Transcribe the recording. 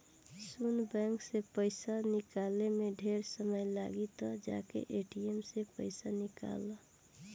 सुन बैंक से पइसा निकाले में ढेरे समय लागी त जाके ए.टी.एम से पइसा निकल ला